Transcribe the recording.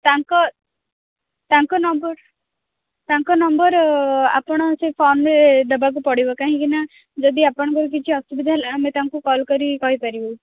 ତାଙ୍କ ତାଙ୍କ ନମ୍ବର୍ ତାଙ୍କ ନମ୍ବର୍ ଆପଣ ସେଇ ଫର୍ମ୍ରେ ଦେବାକୁ ପଡ଼ିବ କାହିଁକିନା ଯଦି ଆପଣଙ୍କର କିଛି ଅସୁବିଧା ହେଲା ଆମେ ତାଙ୍କୁ କଲ୍ କରିକି କହିପାରିବୁ